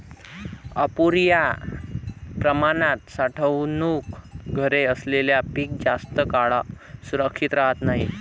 अपुर्या प्रमाणात साठवणूक घरे असल्याने पीक जास्त काळ सुरक्षित राहत नाही